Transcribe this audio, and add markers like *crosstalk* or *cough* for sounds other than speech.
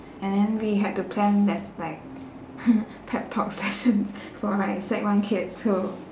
and then we had to plan there's like *noise* pep talk sessions for like sec one kids so